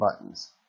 buttons